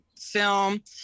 film